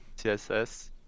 CSS